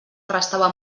restava